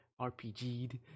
RPG'd